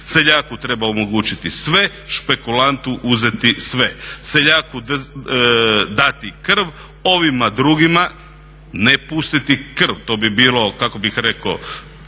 Seljaku treba omogućiti sve, špekulantu uzeti sve. Seljaku dati krv, ovima drugima ne pustiti krv, to bi bilo, kako bih rekao